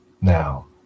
Now